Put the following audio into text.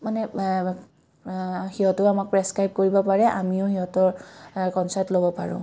মানে সিহঁতো আমাক প্ৰেছ্ক্ৰাইব কৰিব পাৰে আমিও সিহঁতৰ কঞ্চাল্ট ল'ব পাৰোঁ